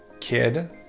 kid